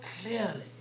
clearly